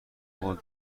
قول